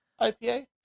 IPA